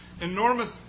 Enormous